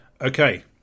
Okay